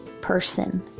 person